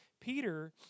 Peter